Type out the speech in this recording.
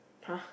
!huh!